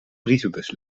brievenbus